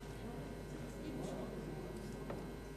אם הוא יבוא, אאפשר לו לדבר.